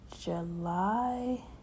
July